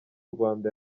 rwanda